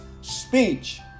speech